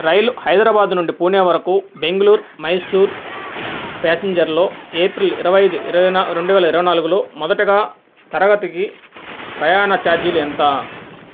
రైలు హైదరాబాద నుండి పూణే వరకు బెంగళూరు మైసూర ప్యాసింజర్లో ఏప్రిల్ ఇరవై ఐదు రెండు వేల ఇరవై నాలుగులో మొదట తరగతికి ప్రయాణ ఛార్జీలు ఎంత